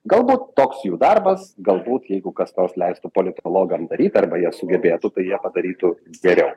galbūt toks jų darbas galbūt jeigu kas nors leistų politologam daryt arba jie sugebėtų tai jie padarytų geriau